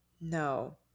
No